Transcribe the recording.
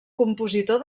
compositor